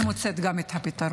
היא מוצאת גם את הפתרון.